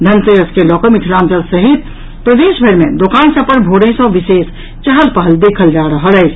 धनतेरस के लऽ कऽ मिथिलांचल सहित प्रदेशभरि मे दोकान सभ पर भोरहि सँ विशेष चहल पहल देखल जा रहल अछि